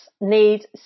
need